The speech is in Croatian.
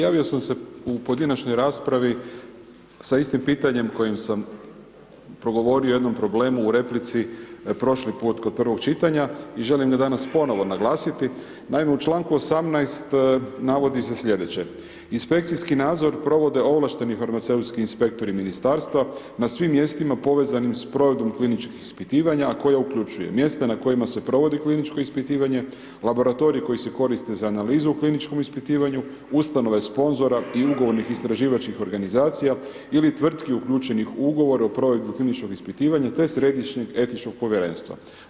Javio sam se u pojedinačnoj raspravi sa istim pitanjem kojim sam progovorio o jednom problemu u replici, prošli put kod prvog čitanja i želim ga danas ponovno naglasiti, naime u čl. 18. navodi se sljedeće, inspekciji nadzor provode ovlašteni farmaceutski inspektori ministarstva, na svim mjestima povezanim s provedbom kliničkih ispitivanja, a koja uključuje, mjesta na kojima se provodi kliničko ispitivanje, laboratorij, koji se koristi za analizu kliničkom ispitivanju, ustanove sponzora i ugovornih istraživačkih organizacija ili tvrtki uključenih u ugovor o provedbi kliničkog ispitivanja te središnjeg etičkog povjerenstva.